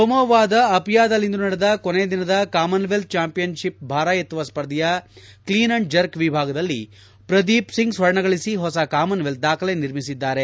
ಸಮೋವಾದ ಅಪಿಯಾದಲ್ಲಿಂದು ನಡೆದ ಕೊನೆದಿನದ ಕಾಮನ್ವೆಲ್ತ್ ಚಾಂಪಿಯನ್ಶಿಪ್ನ್ ಭಾರ ಎತ್ತುವ ಸ್ಪರ್ಧೆಯ ಕ್ಲೀನ್ ಅಂಡ್ ಜರ್ಕ್ ವಿಭಾಗದಲ್ಲಿ ಪ್ರದೀಪ್ಸಿಂಗ್ ಸ್ವರ್ಣ ಗಳಿಸಿ ಹೊಸ ಕಾಮನ್ವೆಲ್ತ್ ದಾಖಲೆ ನಿರ್ಮಿಸಿದ್ದಾರೆ